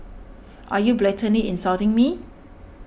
are you blatantly insulting me